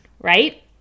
right